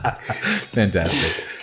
Fantastic